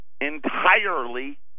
entirely